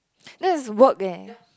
that is work leh